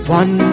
one